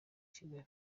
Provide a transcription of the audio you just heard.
kigali